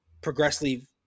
progressively